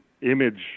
image